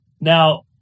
Now